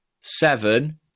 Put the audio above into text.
Seven